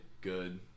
good